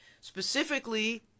Specifically